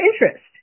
interest